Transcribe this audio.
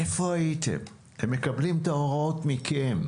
איפה הייתם, הם מקבלים את ההוראות מכם,